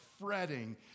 fretting